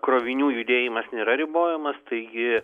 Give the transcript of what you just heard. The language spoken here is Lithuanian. krovinių judėjimas nėra ribojamas taigi